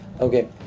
Okay